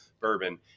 bourbon